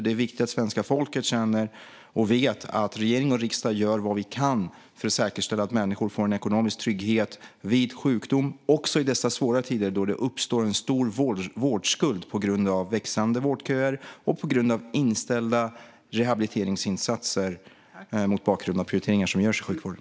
Det är viktigt att svenska folket känner och vet att vi i regering och riksdag gör vad vi kan för att säkerställa att människor får en ekonomisk trygghet vid sjukdom också i dessa svåra tider då det uppstår en stor vårdskuld på grund av växande vårdköer och inställda rehabiliteringsinsatser mot bakgrund av prioriteringar som görs i sjukvården.